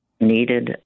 needed